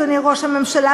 אדוני ראש הממשלה,